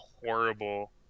horrible